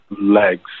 Legs